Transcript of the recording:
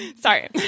Sorry